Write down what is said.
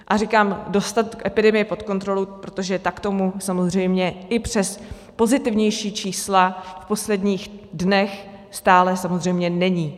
A říkám, dostat epidemii pod kontrolu, protože tak tomu samozřejmě i přes pozitivnější čísla v posledních dnech stále samozřejmě není.